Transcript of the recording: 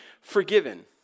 forgiven